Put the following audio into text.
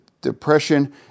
depression